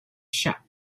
shop